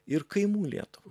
ir kaimų lietuvą